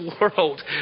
world